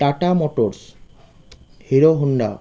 tata Motors Hero Honda